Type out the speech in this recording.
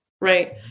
right